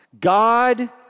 God